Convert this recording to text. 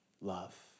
love